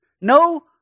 No